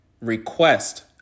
request